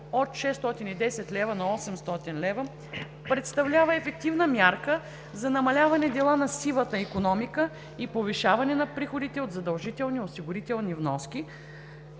от 610 лв. на 800 лв. представлява ефективна мярка за намаляване дела на сивата икономика и повишаване на приходите от задължителни осигурителни вноски,